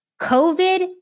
covid